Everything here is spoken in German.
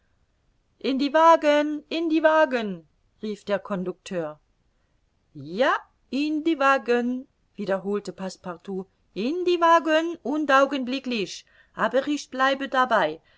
in die wagen in die wagen rief der conducteur ja in die wagen wiederholte passepartout in die wagen und augenblicklich aber ich bleibe dabei